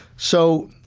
so,